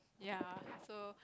ya so